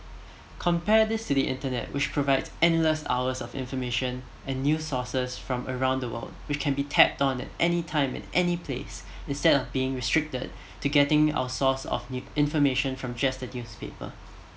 compare this to the internet which provide endless hours of information and new sources from around the world we can tapped on the anytime and anyplace instead of being restricted to getting our source of n~ information from just a newspaper